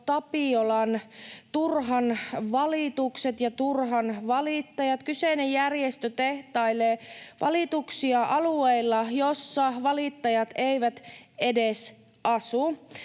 Tapiolan turhat valitukset ja turhanvalittajat. Kyseinen järjestö tehtailee valituksia alueilla, joilla valittajat eivät edes asu.